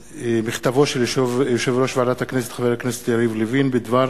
מכתבו של יושב-ראש ועדת הכנסת חבר הכנסת יריב לוין בדבר